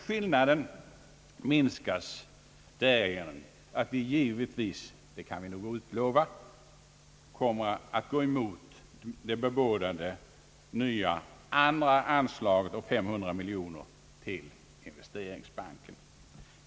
Skillnaden minskas genom att vi, vilket vi nog kan utlova, kommer att gå emot det bebådade nya anslaget på 500 miljoner kronor till investeringsbanken.